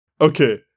Okay